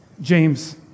James